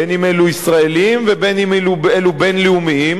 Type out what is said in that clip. בין אם אלו ישראלים ובין אם אלו בין-לאומיים,